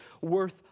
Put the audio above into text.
worth